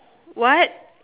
what